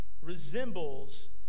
resembles